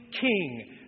king